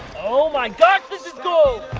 oh my god. this is gold.